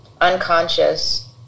unconscious